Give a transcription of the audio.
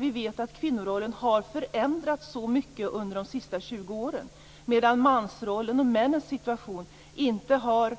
Vi vet att kvinnorollen har förändrats mycket under de senaste 20 åren medan mansrollen och männens situation inte har